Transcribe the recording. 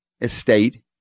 estate